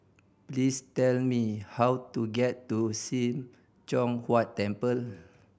please tell me how to get to Sim Choon Huat Temple